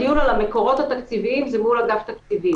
הדיון על המקורות התקציביים זה מול אגף תקציבים.